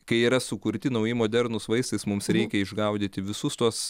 kai yra sukurti nauji modernūs vaistais mums reikia išgaudyti visus tuos